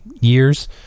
years